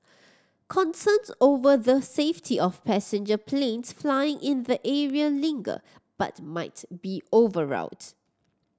concerns over the safety of passenger planes flying in the area linger but might be overwrought